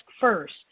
first